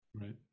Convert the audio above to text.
Right